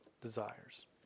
desires